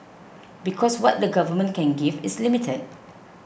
because what the government can give is limited